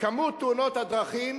כמות תאונות הדרכים